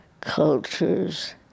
cultures